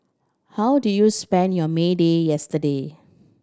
how did you spend your May Day yesterday